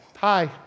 Hi